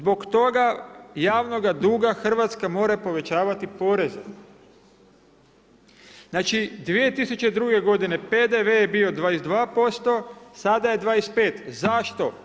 Zbog toga javnoga duga Hrvatska mora povećavati poreze, znači 2002. godine PDV je bio 22% sada je 25, zašto?